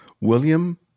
William